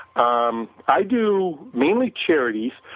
ah um i do mainly charities.